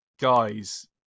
guys